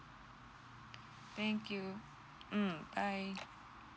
thank you mm bye